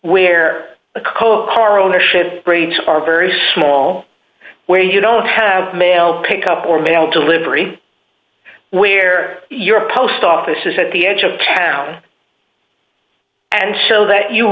where a code car ownership rates are very small where you don't have mail pickup or mail delivery where your post office is at the edge of town and show that you